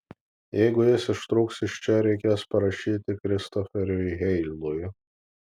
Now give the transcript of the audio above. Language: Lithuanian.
jeigu jis ištrūks iš čia reikės parašyti kristoferiui heilui